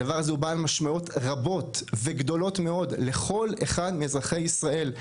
הדבר הזה הוא בעל משמעויות רבות וגדולות מאוד לכל אחד מאזרחי ישראל.